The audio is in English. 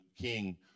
king